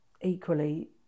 equally